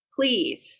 Please